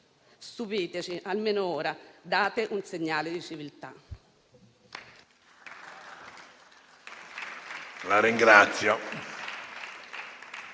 Stupiteci, almeno ora. Date un segnale di civiltà.